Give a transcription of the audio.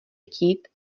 chtít